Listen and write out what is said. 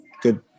good